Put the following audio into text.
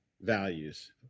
values